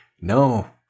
No